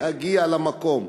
להגיע למקום.